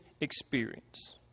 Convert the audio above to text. experience